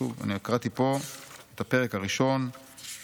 שוב, קראתי פה את הפרק הראשון מתוך